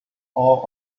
all